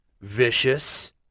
vicious